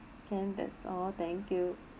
can that's all thank you